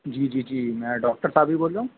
جی جی جی میں ڈاکٹر صاحب ہی بول رہا ہوں